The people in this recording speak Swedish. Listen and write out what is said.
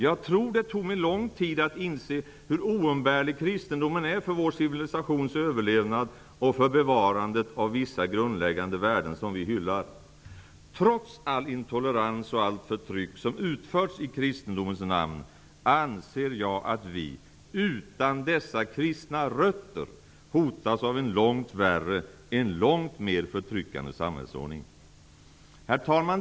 Jag tror det tog mig lång tid att inse hur oumbärlig kristendomen är för vår civilisations överlevnad och för bevarandet av vissa grundläggande värden som vi hyllar. Trots all intolerans och allt förtryck som utförts i kristendomens namn, anser jag att vi, utan dessa kristna rötter, hotas av en långt värre, en långt mer förtryckande samhällsordning. Herr talman!